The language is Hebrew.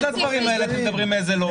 מה זה הדברים האלה "אתם מדברים מאיזה לובי"?